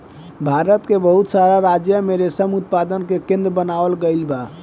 भारत के बहुत सारा राज्य में रेशम उत्पादन के केंद्र बनावल गईल बा